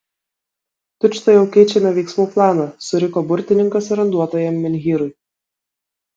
tučtuojau keičiame veiksmų planą suriko burtininkas randuotajam menhyrui